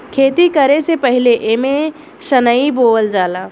खेती करे से पहिले एमे सनइ बोअल जाला